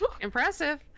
Impressive